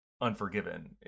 Unforgiven